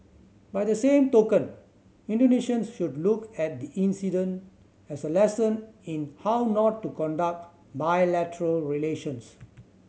by the same token Indonesians should look at the incident as a lesson in how not to conduct bilateral relations